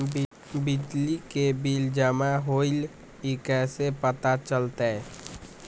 बिजली के बिल जमा होईल ई कैसे पता चलतै?